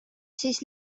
siis